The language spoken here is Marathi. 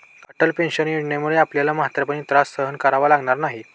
अटल पेन्शन योजनेमुळे आपल्याला म्हातारपणी त्रास सहन करावा लागणार नाही